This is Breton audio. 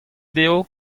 dezho